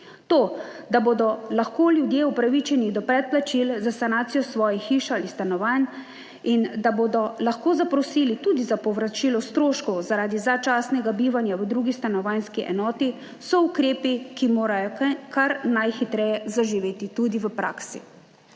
To, da bodo lahko ljudje upravičeni do predplačil za sanacijo svojih hiš ali stanovanj in da bodo lahko zaprosili tudi za povračilo stroškov, zaradi začasnega bivanja v drugi stanovanjski enoti so ukrepi, ki morajo kar najhitreje zaživeti tudi v praksi.